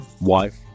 wife